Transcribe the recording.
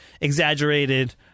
exaggerated